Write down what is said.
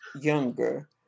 younger